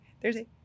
thursday